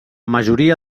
majoria